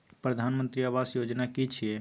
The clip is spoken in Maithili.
प्रधानमंत्री आवास योजना कि छिए?